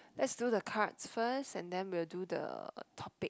let's do the cards first and then we will do the topic